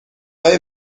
های